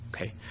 Okay